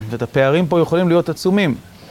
ואת הפערים פה יכולים להיות עצומים.